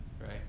right